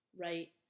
right